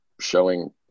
showing